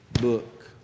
book